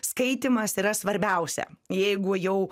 skaitymas yra svarbiausia jeigu jau